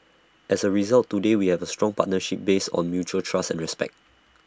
as A result today we have A strong partnership based on mutual trust and respect